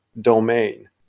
domain